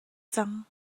cang